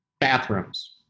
Bathrooms